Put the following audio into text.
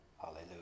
Hallelujah